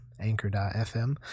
Anchor.fm